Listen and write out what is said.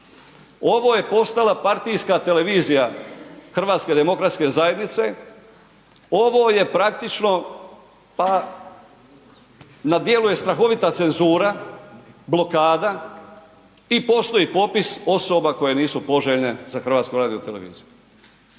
Ovo je postala partijska televizija HDZ-a, ovo je praktično pa na djelu je strahovita cenzura, blokada i postoji popis osoba koje nisu poželjne za HRT. To ćemo preispitati